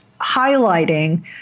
highlighting